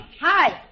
Hi